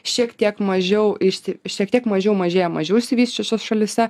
šiek tiek mažiau išti šiek tiek mažiau mažėja mažiau išsivysčiusiuose šalyse